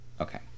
Okay